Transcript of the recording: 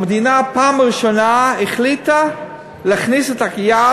המדינה בפעם הראשונה החליטה להכניס את היד